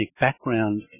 background